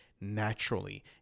naturally